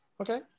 okay